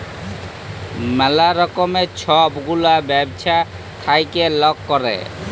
ম্যালা রকমের ছব গুলা ব্যবছা থ্যাইকে লক ক্যরে